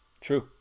True